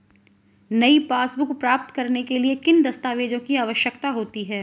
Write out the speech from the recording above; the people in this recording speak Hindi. नई पासबुक प्राप्त करने के लिए किन दस्तावेज़ों की आवश्यकता होती है?